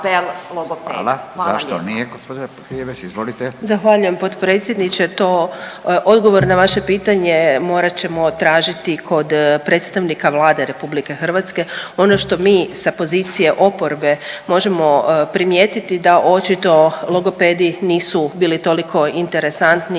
(Socijaldemokrati)** Zahvaljujem potpredsjedniče. To odgovor na vaše pitanje morat ćemo tražiti kod predstavnika Vlade RH. Ono što mi sa pozicije oporbe možemo primijetiti da očito logopedi nisu bili toliko interesantni